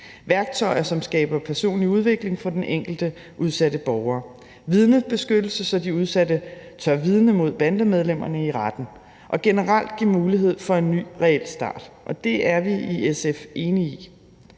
Værktøjer, som skaber personlig udvikling for den enkelte udsatte borger; vidnebeskyttelse, så de udsatte tør vidne mod bandemedlemmerne i retten; og generelt give mulighed for en ny reel start, er vi i SF enige i.